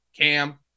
Cam